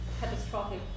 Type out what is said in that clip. catastrophic